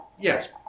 Yes